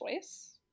choice